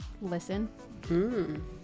listen